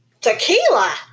tequila